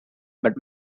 but